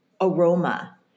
aroma